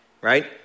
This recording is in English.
right